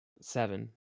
Seven